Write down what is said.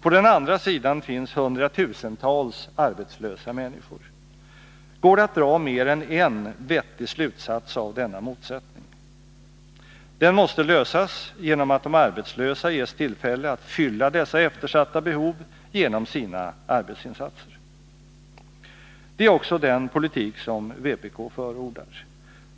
På den andra sidan finns hundratusentals arbetslösa människor. Går det att dra mer än en vettig slutsats av denna motsättning? Den måste lösas genom att de arbetslösa ges tillfälle att fylla dessa eftersatta behov genom sina arbetsinsatser. Det är också den politik som vpk förordar.